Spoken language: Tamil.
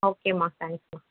ஓகேம்மா தேங்க்ஸ்மா